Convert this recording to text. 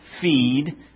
feed